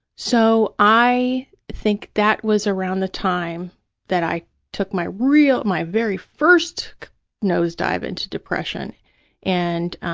so, i think that was around the time that i took my real, my very first nosedive into depression and